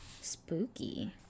spooky